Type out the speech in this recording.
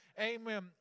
Amen